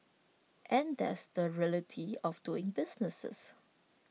and that's the reality of doing businesses